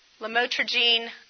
lamotrigine